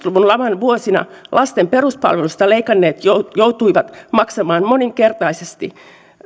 luvun laman vuosina lasten peruspalveluista leikanneet joutuivat maksamaan moninkertaisesti